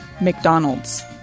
McDonald's